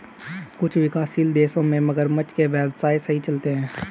कुछ विकासशील देशों में मगरमच्छ के व्यवसाय सही चलते हैं